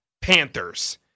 Panthers